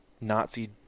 Nazi